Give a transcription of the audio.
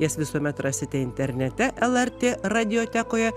jas visuomet rasite internete lrt radiotekoje